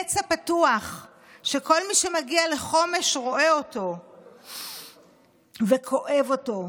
פצע פתוח שכל מי שמגיע לחומש רואה אותו וכואב אותו.